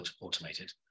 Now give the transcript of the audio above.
automated